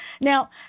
Now